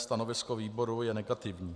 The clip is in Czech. Stanovisko výboru je negativní.